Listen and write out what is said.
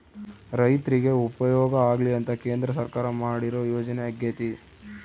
ರೈರ್ತಿಗೆ ಉಪಯೋಗ ಆಗ್ಲಿ ಅಂತ ಕೇಂದ್ರ ಸರ್ಕಾರ ಮಾಡಿರೊ ಯೋಜನೆ ಅಗ್ಯತೆ